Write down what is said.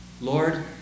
Lord